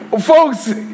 Folks